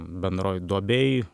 bendroj duobėj